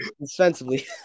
Defensively